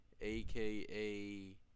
aka